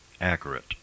accurate